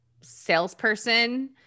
salesperson